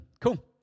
cool